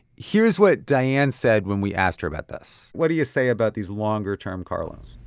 here's what diane said when we asked her about this. what do you say about these longer-term car loans?